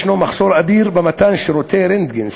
יש מחסור אדיר במתן שירותי רנטגן,